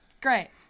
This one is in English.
Great